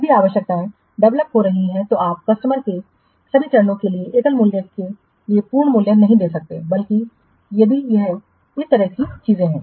यदि आवश्यकताएं डेवलप हो रही हैं तो आप कस्टमर को सभी चरणों के लिए एकल मूल्य के लिए पूर्ण मूल्य नहीं दे सकते हैं बल्कि यदि इस तरह की चीजें हैं